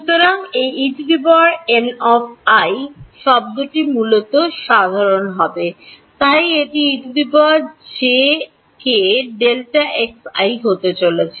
সুতরাং এই En শব্দটি মূলত সাধারণ হবে তাই এটি হতে চলেছে